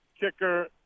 kicker